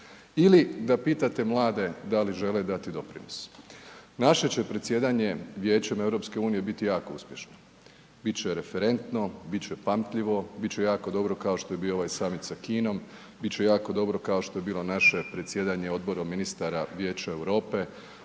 Ili da pitate mlade da li žele dati doprinos. Naše će predsjedanje Vijećem EU biti jako uspješno, biti će referentno, biti će pamtljivo, biti će jako dobro kao što je bio i ovaj summit sa Kinom, biti će jako dobro kao što je bilo naše predsjedanje Odborom ministara Vijeća Europe,